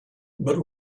but